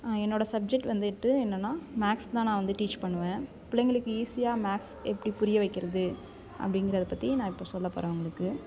என்னோடய சப்ஜெக்ட் வந்து என்னனா மேக்ஸ் தான் வந்து டீச் பண்ணுவேன் பிள்ளைங்களுக்கு ஈஸியாக மேக்ஸ் எப்படி புரிய வைக்கிறது அப்படிங்கிறது பற்றி நான் இப்போ சொல்ல போகிறேன் உங்களுக்கு